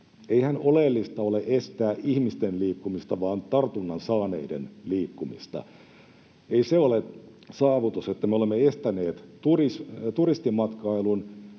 Eihän oleellista ole estää ihmisten liikkumista, vaan tartunnan saaneiden liikkumista. Ei se ole saavutus, että me olemme estäneet turistimatkailun,